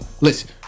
Listen